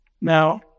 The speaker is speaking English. Now